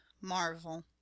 Marvel